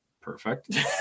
perfect